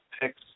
picks